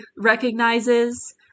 recognizes